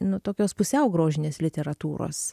nu tokios pusiau grožinės literatūros